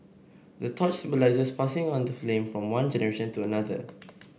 the torch symbolises passing on the flame from one generation to another